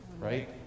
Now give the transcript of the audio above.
right